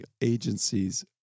agencies